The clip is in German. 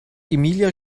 emilia